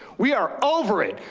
we are over it.